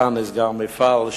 כאן נסגר מפעל,